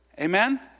Amen